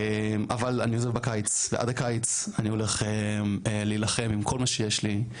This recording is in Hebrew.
אבל אני עוזב בקיץ ועד הקיץ אני הולך להילחם עם כל מה שיש לי,